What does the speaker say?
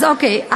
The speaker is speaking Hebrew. אז אוקיי.